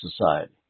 society